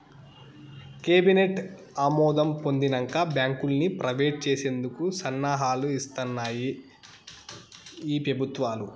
cabinet ఆమోదం పొందినంక బాంకుల్ని ప్రైవేట్ చేసేందుకు సన్నాహాలు సేస్తాన్నాయి ఈ పెబుత్వాలు